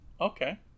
Okay